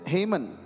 Haman